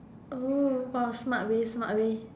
oh !wow! smart way smart way